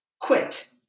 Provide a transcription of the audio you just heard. Quit